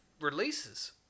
releases